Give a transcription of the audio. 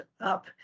up